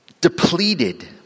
depleted